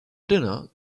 dinner